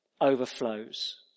overflows